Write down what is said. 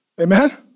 amen